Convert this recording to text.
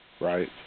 Right